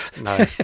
No